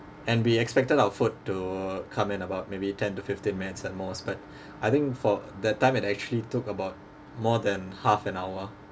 and we expected our food to come in about maybe ten to fifteen minutes at most but I think for that time it actually took about more than half an hour